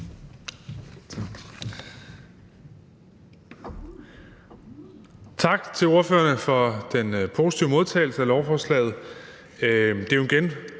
Tak til ordførerne for den positive modtagelse af lovforslaget,